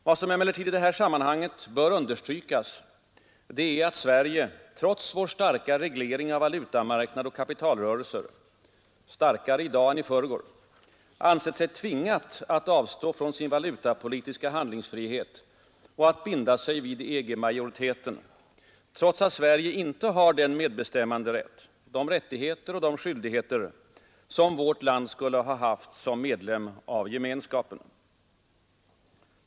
Vad som emellertid i detta sammanhang bör understrykas är att Sverige, trots vår starka reglering av valutamarknad och kapitalrörelser — starkare i dag än i förrgår — ansett sig tvingat att avstå från sin valutapolitiska handlingsfrihet och att binda sig vid EG-majoriteten och trots att Sverige icke har den medbestämmanderätt, de rättigheter och de skyldigheter som vårt land skulle ha haft som medlem av gemenskapen.